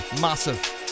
massive